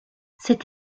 cette